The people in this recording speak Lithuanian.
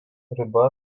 riba